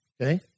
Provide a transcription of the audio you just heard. Okay